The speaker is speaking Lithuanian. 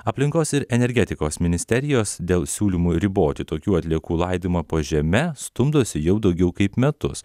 aplinkos ir energetikos ministerijos dėl siūlymų riboti tokių atliekų laidojimą po žeme stumdosi jau daugiau kaip metus